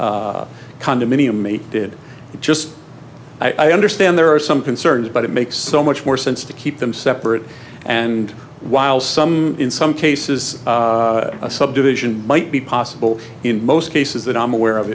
your condominium me did just i understand there are some concerns but it makes so much more sense to keep them separate and while some in some cases a subdivision might be possible in most cases that i'm aware of